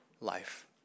life